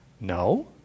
No